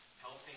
helping